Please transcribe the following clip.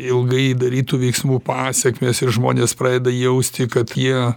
ilgai darytų veiksmų pasekmės ir žmonės pradeda jausti kad jie